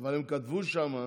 אבל אוסאמה,